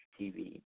TV